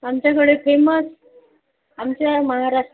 आमच्याकडे फेमस आमच्या महारा